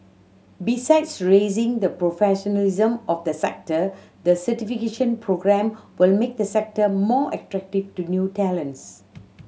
besides raising the professionalism of the sector the certification programme will make the sector more attractive to new talents